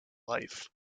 life